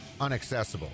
unaccessible